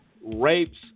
rapes